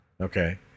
Okay